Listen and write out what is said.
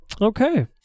Okay